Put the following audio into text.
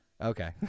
Okay